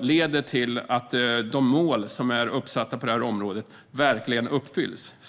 leder till att de mål som är uppsatta på området verkligen uppfylls.